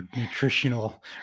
nutritional